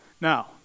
Now